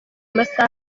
amasaha